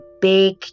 big